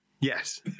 yes